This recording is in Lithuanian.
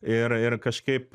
ir ir kažkaip